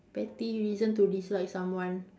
petty reason to dislike someone